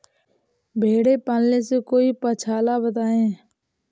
भेड़े पालने से कोई पक्षाला बताएं?